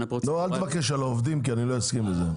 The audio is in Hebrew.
לא, אל תבקש על העובדים כי אני לא אסכים את זה.